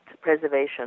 preservation